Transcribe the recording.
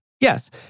Yes